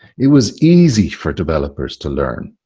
it was easy for developers to learn.